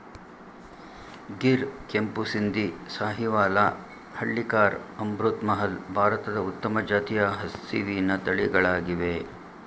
ಗಿರ್, ಕೆಂಪು ಸಿಂಧಿ, ಸಾಹಿವಾಲ, ಹಳ್ಳಿಕಾರ್, ಅಮೃತ್ ಮಹಲ್, ಭಾರತದ ಉತ್ತಮ ಜಾತಿಯ ಹಸಿವಿನ ತಳಿಗಳಾಗಿವೆ